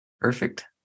Perfect